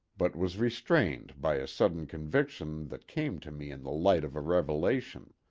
but was restrained by a sudden conviction that came to me in the light of a revelation.